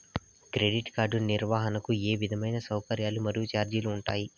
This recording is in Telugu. క్రెడిట్ కార్డు నిర్వహణకు ఏ విధమైన సౌకర్యాలు మరియు చార్జీలు ఉంటాయా?